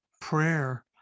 prayer